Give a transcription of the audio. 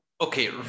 okay